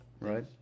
right